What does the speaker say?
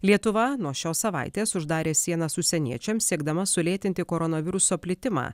lietuva nuo šios savaitės uždarė sienas užsieniečiams siekdama sulėtinti koronaviruso plitimą